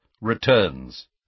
Returns